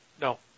No